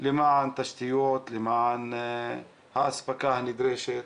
למען תשתיות, למען האספקה הנדרשת.